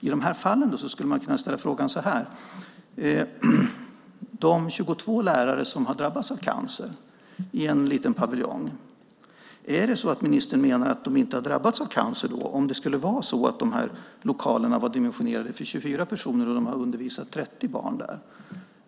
I de här fallen skulle man kunna ställa frågan så här: När det gäller de 22 lärare i en liten paviljong som har drabbats av cancer - menar ministern att de inte har drabbats av cancer om det skulle vara så att lokalerna var dimensionerade för 24 personer och de har undervisat 30 barn där?